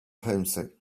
homesick